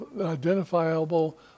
identifiable